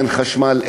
אין חשמל,